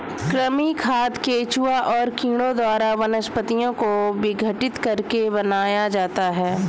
कृमि खाद केंचुआ और कीड़ों द्वारा वनस्पतियों को विघटित करके बनाया जाता है